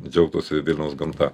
džiaugtųsi vilniaus gamta